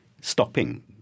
stopping